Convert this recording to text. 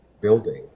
building